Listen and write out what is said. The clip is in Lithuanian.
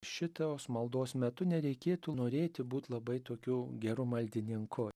šitos maldos metu nereikėtų norėti būt labai tokiu geru maldininku